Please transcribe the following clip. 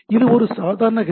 இது ஒரு சாதாரண ஹெச்